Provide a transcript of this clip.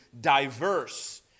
diverse